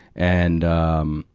and, um,